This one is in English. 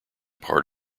part